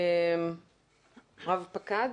רב פקד.